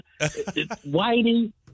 Whitey